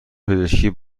پزشکی